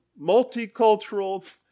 multicultural